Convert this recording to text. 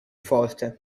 forte